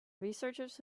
researchers